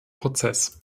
prozess